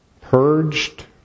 Purged